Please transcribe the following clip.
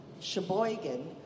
Sheboygan